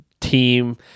team